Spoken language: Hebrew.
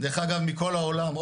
דרך אגב, מכל העולם,